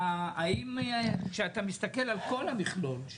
האם כשאתה מסתכל על כל המכלול,